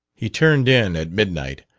he turned in at midnight,